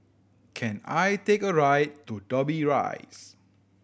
can I take a right to Dobbie Rise